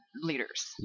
leaders